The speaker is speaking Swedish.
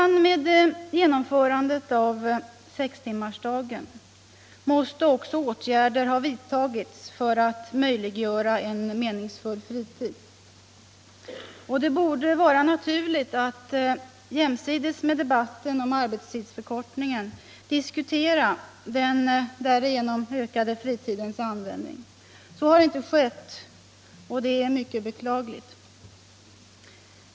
När sextimmarsdagen genomförs måste också åtgärder ha vidtagits för att möjliggöra en meningsfull fritid. Det borde vara naturligt att jämsides med debatten om arbetstidsförkortningen diskutera den därigenom ökade fritidens användning. Så har inte skett och det är mycket beklagligt.